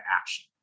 action